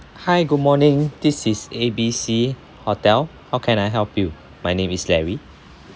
hi good morning this is A B C hotel how can I help you my name is larry